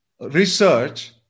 research